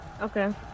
Okay